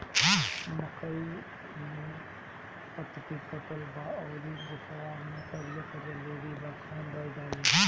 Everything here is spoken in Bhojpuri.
मकई में पतयी कटल बा अउरी गोफवा मैं करिया करिया लेढ़ी बा कवन दवाई डाली?